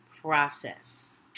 process